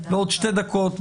הישיבה נעולה.